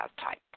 type